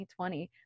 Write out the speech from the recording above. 2020